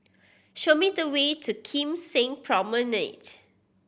show me the way to Kim Seng Promenade